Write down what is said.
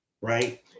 Right